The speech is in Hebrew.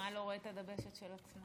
הגמל לא רואה את הדבשת של עצמו.